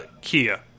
Kia